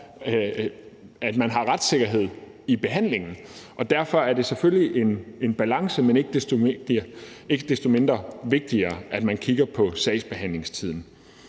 at man har retssikkerhed i behandlingen, og derfor er det selvfølgelig en balance, men ikke desto mindre vigtigere, at man kigger på sagsbehandlingstiden.